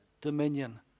dominion